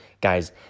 Guys